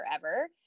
forever